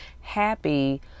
happy